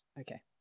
Okay